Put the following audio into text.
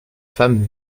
femme